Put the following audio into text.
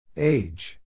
Age